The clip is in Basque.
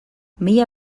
mila